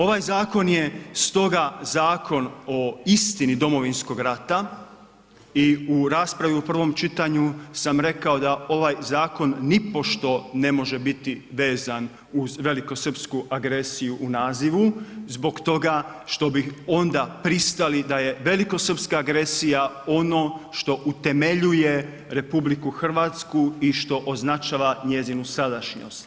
Ovaj Zakon je stoga Zakon o istini Domovinskog rata i u raspravi u prvom čitanju sam rekao da ovaj Zakon nipošto ne može biti vezan uz veliko srpsku agresiju u nazivu, zbog toga što bih onda pristali da je veliko srpska agresija ono što utemeljuje Republiku Hrvatsku i što označava njezinu sadašnjost.